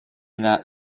not